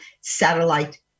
satellite